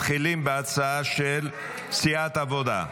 מתחילים בהצעה של סיעת העבודה.